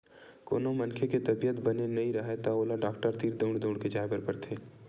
कोनो मनखे के तबीयत बने नइ राहय त ओला डॉक्टर तीर दउड़ दउड़ के जाय बर पड़थे